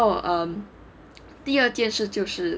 然后 um 第二件事就是